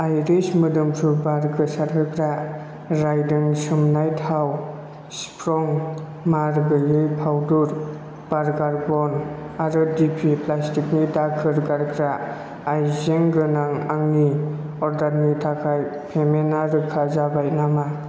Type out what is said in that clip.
iris मोदोम्फ्रु बार गोसारहोग्रा राइदों सोमनाय थाव स्प्रं मार गैयै फावदुर बार्गार बन आरो दिपि प्लास्टिकनि दाखोर गारग्रा आयजें गोनां आंनि अर्डारनि थाखाय पेमेन्टा रोखा जाबाय नामा